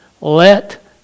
Let